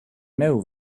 know